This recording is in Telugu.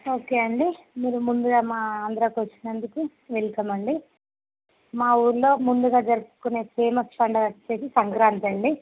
ఓకే అండి మీరు ముందుగా మా ఆంధ్రాకి వచ్చినందుకు వెల్కమ్ అండి మా ఊరిలో ముందుగా జరుపుకునే ఫేమస్ పండుగ వచ్చేసి సంక్రాంతి అండి